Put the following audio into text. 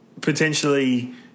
potentially